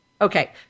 Okay